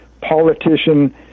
politician